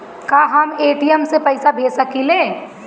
का हम ए.टी.एम से पइसा भेज सकी ले?